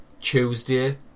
Tuesday